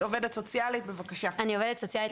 אני עובדת סוציאלית לנערות,